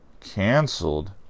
Canceled